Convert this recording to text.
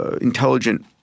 intelligent